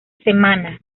semana